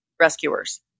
rescuers